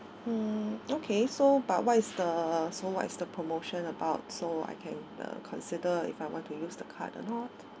mm okay so but what is the so what is the promotion about so I can uh consider if I want to use the card or not